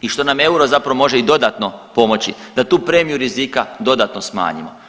i što nam euro zapravo može i dodatno pomoći da tu premiju rizika dodatno smanjimo.